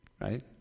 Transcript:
Right